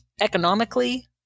economically